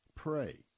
Pray